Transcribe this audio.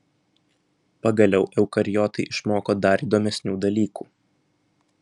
pagaliau eukariotai išmoko dar įdomesnių dalykų